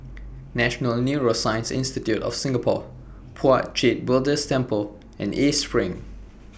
National Neuroscience Institute of Singapore Puat Jit Buddhist Temple and East SPRING